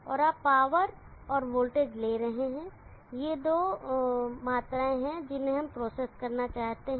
और आप पावर और वोल्टेज ले रहे हैं ये दो मात्राएँ हैं जिन्हें हम प्रोसेस करना चाहते हैं